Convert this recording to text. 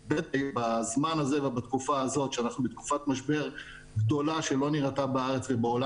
אני אומרת לך שאפשר להתייחס לזה רק ברמת חוץ וביטחון,